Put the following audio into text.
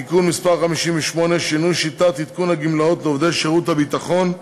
(תיקון מס' 58) (שינוי שיטת עדכון הגמלאות לעובדי שירות הביטחון),